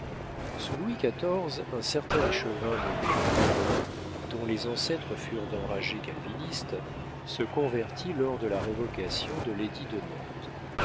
sous louis xiv un certain échevin nommé milaud dont les ancêtres furent d'enragés calvinistes se convertit lors de la révocation de l'édit